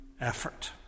Effort